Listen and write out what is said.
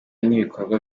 n’ibikorwa